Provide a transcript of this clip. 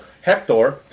Hector